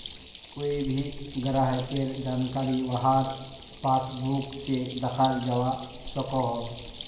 कोए भी ग्राहकेर जानकारी वहार पासबुक से दखाल जवा सकोह